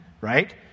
right